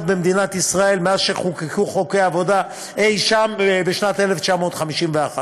במדינת ישראל מאז חוקקו חוקי העבודה אי-שם בשנת 1951,